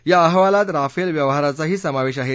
या अहवालात राफेल व्यवहाराचाही समावेश आहे